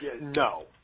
No